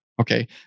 Okay